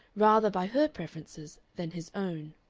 rather by her preferences than his own.